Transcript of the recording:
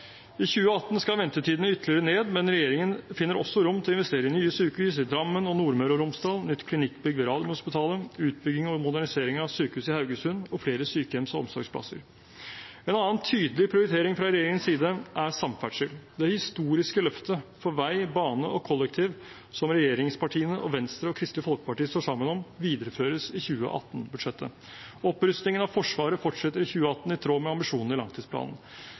I 2018 skal ventetidene ytterligere ned, men regjeringen finner også rom til investeringer i sykehus i Drammen og Nordmøre og Romsdal, nytt klinikkbygg ved Radiumhospitalet, utbygging og modernisering av sykehuset i Haugesund og flere sykehjems- og omsorgsplasser. En annen tydelig prioritering fra regjeringens side er samferdsel. Det historiske løftet på vei, bane og kollektivtransport som regjeringspartiene og Venstre og Kristelig Folkeparti står sammen om, videreføres i 2018-budsjettet. Opprustingen av Forsvaret fortsetter i 2018, i tråd med ambisjonene i langtidsplanen.